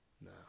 No